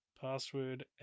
password